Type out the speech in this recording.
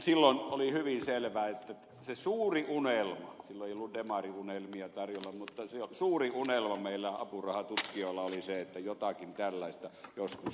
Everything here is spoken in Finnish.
silloin oli hyvin selvää että se suuri unelma silloin ei ollut demariunelmia tarjolla meillä apurahatutkijoilla oli se että jotakin tällaista joskus tapahtuisi